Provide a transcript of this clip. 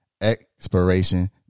Expiration